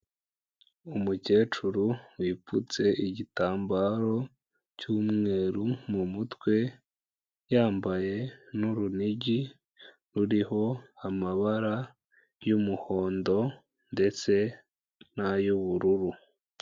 Umukecuru wipfutse igitambaro cy'umweru mu mutwe, yambaye n'urunigi ruriho amabara y'umuhondo ndetse n'ay'ubururu.